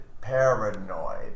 paranoid